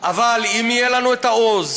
אבל אם יהיה לנו העוז,